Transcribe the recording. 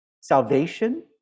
Salvation